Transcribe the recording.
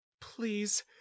Please